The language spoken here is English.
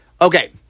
Okay